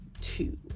two